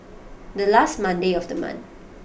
the last Monday of the month